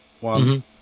one